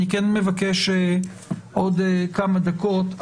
אני כן מבקש עוד כמה דקות.